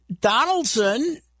Donaldson